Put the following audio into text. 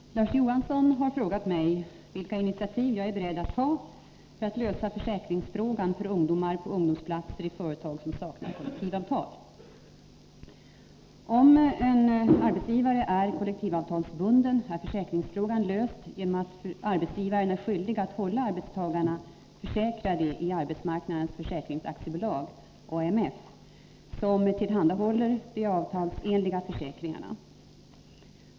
Herr talman! Larz Johansson har frågat mig vilka initiativ jag är beredd att ta för att lösa försäkringsfrågan för ungdomar på ungdomsplatser i företag som saknar kollektivavtal. Om en arbetsgivare är kollektivavtalsbunden är försäkringsfrågan löst genom att arbetsgivaren är skyldig att hålla arbetstagarna försäkrade i Arbetsmarknadens Försäkrings AB , som tillhandahåller de avtalsenliga försäkringarna.